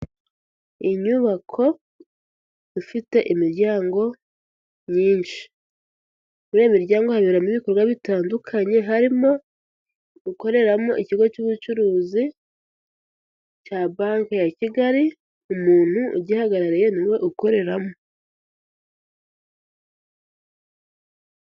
Inyubako ifite imiryango myinshi, muri iyi miryango haberamo ibikorwa bitandukanye, harimo ukoreramo ikigo cy'ubucuruzi cya Banki ya Kigali, umuntu ugihagarariye ni we ukoreramo.